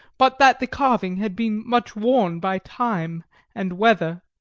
but that the carving had been much worn by time and weather.